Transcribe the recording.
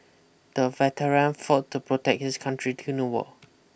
the veteran fought to protect his country during the war